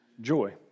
joy